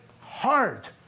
hard